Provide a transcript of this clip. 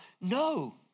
No